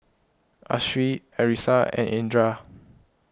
Hasif Arissa and Indra